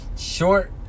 Short